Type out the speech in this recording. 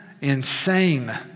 insane